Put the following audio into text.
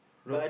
road